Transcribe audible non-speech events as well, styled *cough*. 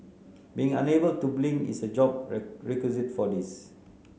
being unable to blink is a job *unintelligible* requisite for this